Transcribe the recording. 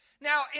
Now